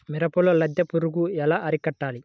మిరపలో లద్దె పురుగు ఎలా అరికట్టాలి?